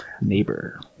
neighbor